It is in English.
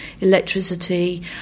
electricity